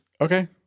Okay